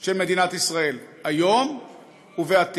של מדינת ישראל היום ובעתיד.